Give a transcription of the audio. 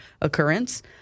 occurrence